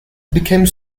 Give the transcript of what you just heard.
became